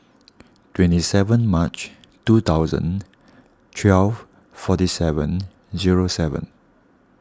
twenty seven March two thousand twelve forty seven zero seven